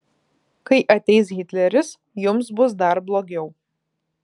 kai ateis hitleris jums bus dar blogiau